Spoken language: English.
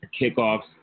Kickoffs